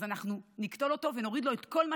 אז אנחנו נקטול אותו ונוריד לו את כל מה